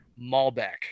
Malbec